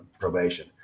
probation